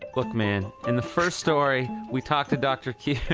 look man, in the first story we talked to dr q.